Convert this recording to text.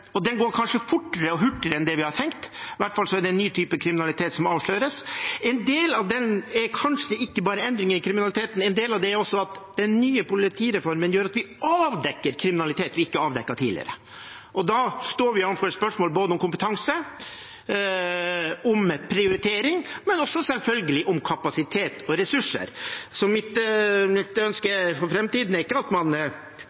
Og det går kanskje fortere og hurtigere enn det vi hadde tenkt. I hvert fall er det en ny type kriminalitet som avsløres. En del av det er kanskje ikke bare endring i kriminaliteten; en del av det er også at den nye politireformen gjør at vi avdekker kriminalitet vi ikke avdekket tidligere. Da står vi overfor spørsmål om både kompetanse og prioritering, men selvfølgelig også om kapasitet og ressurser. Mitt ønske for framtiden er